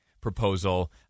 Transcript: proposal